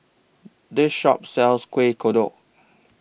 This Shop sells Kuih Kodok